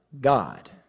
God